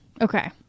okay